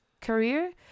career